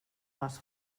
les